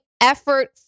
effort